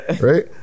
Right